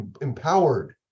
empowered